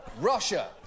Russia